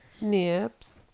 Nips